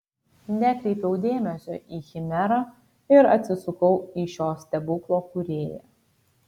nekreipiau dėmesio į chimerą ir atsisukau į šio stebuklo kūrėją